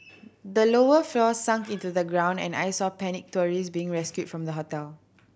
the lower floors sunk into the ground and I saw panicked tourist being rescued from the hotel